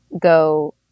go